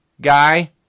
guy